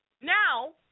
Now